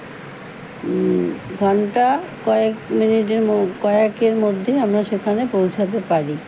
ঘন্টা কয়েক মিনিটের কয়েকের মধ্যে আমরা সেখানে পৌঁছাতে পারি